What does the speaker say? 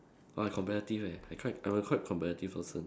oh I competitive leh I quite I'm a quite competitive person